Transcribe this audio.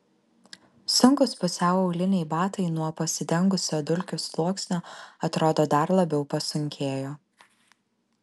sunkūs pusiau auliniai batai nuo pasidengusio dulkių sluoksnio atrodo dar labiau pasunkėjo